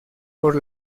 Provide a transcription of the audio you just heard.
por